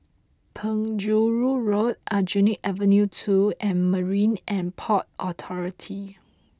Penjuru Road Aljunied Avenue two and Marine and Port Authority